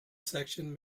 sections